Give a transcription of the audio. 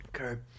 Okay